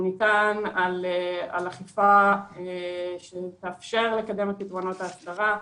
הוא ניתן על אכיפה שתאפשר לקדם את פתרונות ההסדרה.